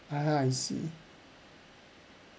ah I see